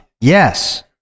Yes